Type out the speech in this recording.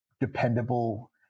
dependable